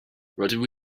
rydw